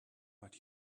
but